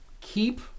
keep